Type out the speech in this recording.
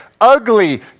ugly